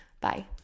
Bye